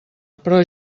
però